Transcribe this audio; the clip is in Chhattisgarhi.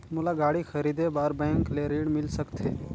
मोला गाड़ी खरीदे बार बैंक ले ऋण मिल सकथे?